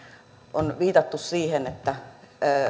on viitattu siihen että